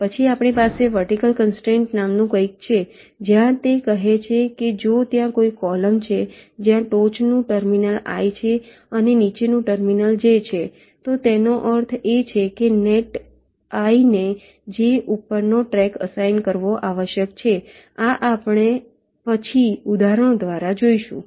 પછી આપણી પાસે વર્ટિકલ કન્સ્ટ્રેંટ નામનું કંઈક છે જ્યાં તે કહે છે કે જો ત્યાં કોઈ કૉલમ છે જ્યાં ટોચનું ટર્મિનલ i છે અને નીચેનું ટર્મિનલ j છે તો તેનો અર્થ એ છે કે નેટ i ને j ઉપરનો ટ્રેક અસાઇન કરવો આવશ્યક છે આ આપણે પછી ઉદાહરણો દ્વારા જોઈશું